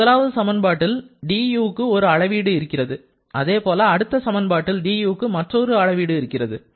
இந்த முதலாவது சமன்பாட்டில் du க்கு ஒரு அளவீடு இருக்கிறது அதே போல அடுத்த சமன்பாட்டில் du க்கு மற்றொரு அளவீடு இருக்கிறது